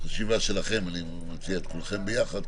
כולכם ביחד,